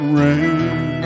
rain